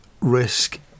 risk